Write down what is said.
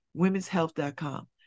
womenshealth.com